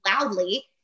loudly